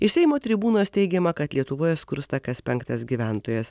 iš seimo tribūnos teigiama kad lietuvoje skursta kas penktas gyventojas